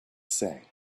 say